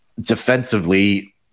defensively